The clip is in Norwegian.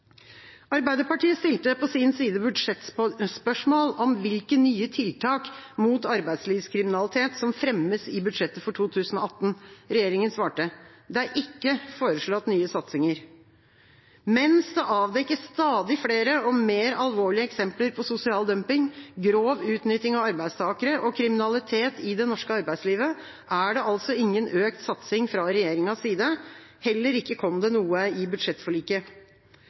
Arbeiderpartiet stilte på sin side budsjettspørsmål om hvilke nye tiltak mot arbeidslivskriminalitet som fremmes i budsjettet for 2018. Regjeringa svarte at det ikke var foreslått nye satsinger. Mens det avdekkes stadig flere og mer alvorlige eksempler på sosial dumping, grov utnytting av arbeidstakere og kriminalitet i det norske arbeidslivet, er det altså ingen økt satsing fra regjeringas side. Heller ikke kom det noe i budsjettforliket.